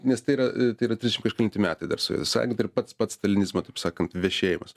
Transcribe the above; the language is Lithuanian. nes tai yra tai yra trisdešim kažkelinti metai dar sovietų sąjungoj dar pats pats stalinizmo taip sakant vešėjimas